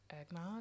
Eggnog